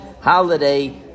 holiday